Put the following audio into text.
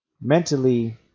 Mentally